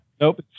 Nope